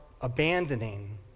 abandoning